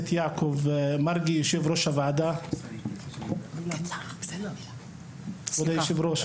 יעקב מרגי יושב-ראש הוועדה כבוד היושב-ראש.